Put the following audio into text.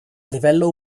livello